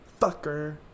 fucker